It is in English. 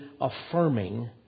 affirming